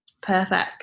Perfect